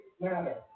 matter